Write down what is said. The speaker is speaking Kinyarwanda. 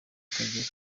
ikagera